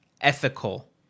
ethical